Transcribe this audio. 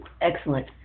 Excellent